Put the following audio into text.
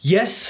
Yes